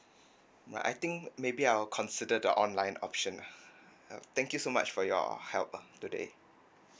mm I think maybe I'll consider the online option uh thank you so much for your help ah today